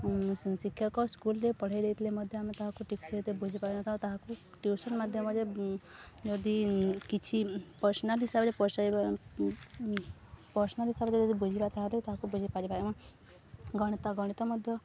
ଶିକ୍ଷକ ସ୍କୁଲ୍ରେ ପଢ଼େଇ ଦେଇଥିଲେ ମଧ୍ୟ ଆମେ ତାହାକୁ ଠିକ୍ସେ ଏତେ ବୁଝିପାରୁିବା ତା ତାହାକୁ ଟିଉସନ୍ ମାଧ୍ୟମରେ ଯଦି କିଛି ପର୍ସନାଲ୍ ହିସାବରେ ପର୍ସନାଲ୍ ହିସାବରେ ଯଦି ବୁଝିଲା ତା'ହେଲେ ତାହାକୁ ବୁଝିପାରିବାର ଗଣିତ ଗଣିତ ମଧ୍ୟ